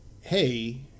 hey